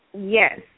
Yes